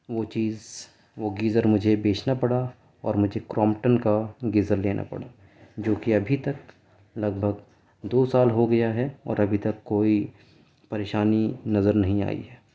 وہ چیز وہ گیزر مجھے بیچنا پڑا اور مجھے کرومٹن کا گیزر لینا پڑا جو کہ ابھی تک لگ بھگ دو سال ہو گیا ہے اور ابھی تک کوئی پریشانی نظر نہیں آئی ہے